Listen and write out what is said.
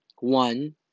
one